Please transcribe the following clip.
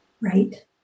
Right